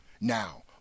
Now